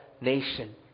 nation